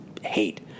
hate